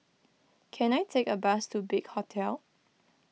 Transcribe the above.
can I take a bus to Big Hotel